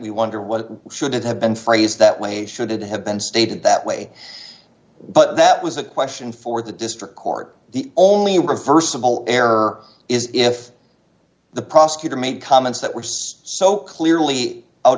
we wonder what should it have been phrased that way should it have been stated that way but that was a question for the district court the only reversible error is if the prosecutor made comments that were so so clearly out